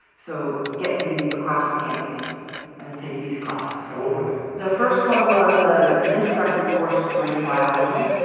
so, get you across the campus and take these classes. and what were they? the first one was ah an introductory course to marine biology,